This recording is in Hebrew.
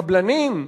הקבלנים,